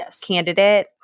candidate